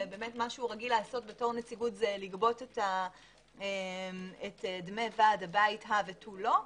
ומה שהוא רגיל לעשת כנציבות זה לגבות את דמי ועד הבית הא ותו לא,